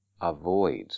avoid